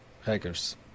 hackers